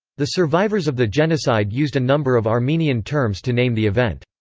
the survivors of the genocide used a number of armenian terms to name the event.